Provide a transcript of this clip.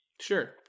Sure